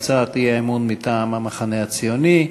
הצעת אי-אמון מטעם המחנה הציוני.